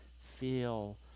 feel